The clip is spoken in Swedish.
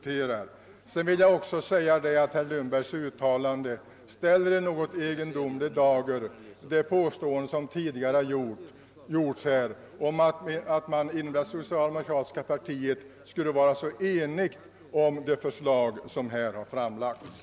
Till slut vill jag bara säga, att herr Lundbergs anförande i något egendomlig dager ställer det påstående som tidigare gjorts, att man inom det socialdemokratiska partiet skulle vara enig om det förslag som framlagts.